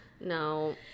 No